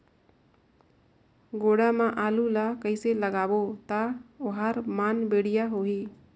गोडा मा आलू ला कइसे लगाबो ता ओहार मान बेडिया होही?